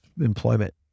Employment